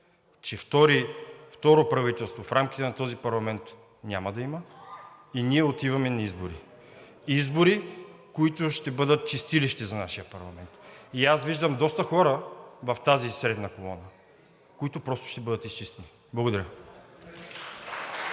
че второ правителство в рамките на този парламент няма да има. Ние отиваме на избори. Избори, които ще бъдат чистилище за нашия парламент. Аз виждам доста хора в тази средна колона, които просто ще бъдат изчистени. Благодаря.